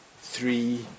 three